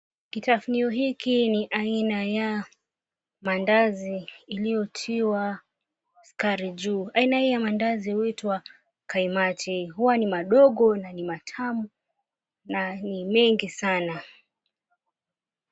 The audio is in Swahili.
Kitafunio hiki ni aina ya mandazi ilityotiwa sukari juu. Aina hii ya mandazi huitwa kaimati, huwa ni madogo na ni matamu na ni mengi sana.